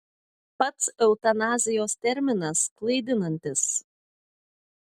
pats eutanazijos terminas klaidinantis